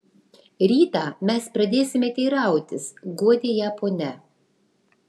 rytą mes pradėsime teirautis guodė ją ponia